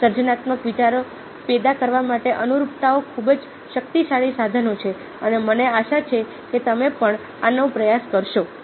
સર્જનાત્મક વિચારો પેદા કરવા માટે અનુરૂપતાઓ ખૂબ જ શક્તિશાળી સાધનો છે અને મને આશા છે કે તમે પણ આનો પ્રયાસ કરશો